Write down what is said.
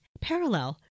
parallel